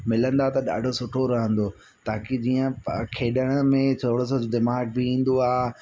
मिलंदा त ॾाढो सुठो रहंदो ताकि जीअं खेॾण में थोरो सो दिमाग़ बि ईंदो आहे